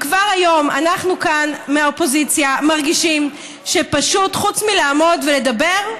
כבר היום אנחנו כאן מהאופוזיציה מרגישים שפשוט חוץ מלעמוד ולדבר,